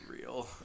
real